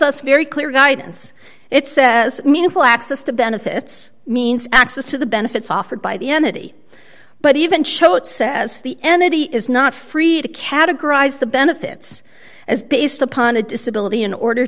us very clear guidance it's meaningful access to benefits means access to the benefits offered by the entity but even show it says the entity is not free to categorize the benefits as based upon a disability in order